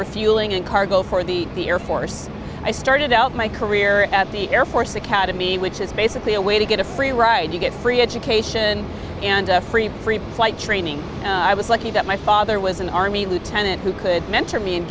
are fueling and cargo for the air force i started out my career at the air force academy which is basically a way to get a free ride you get free education and free free flight training i was lucky that my father was an army lieutenant who could mentor me and